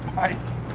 nice.